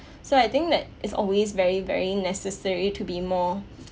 so I think that it's always very very necessary to be more